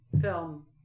film